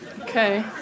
Okay